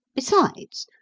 besides,